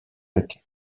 duck